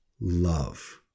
love